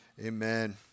Amen